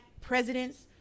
presidents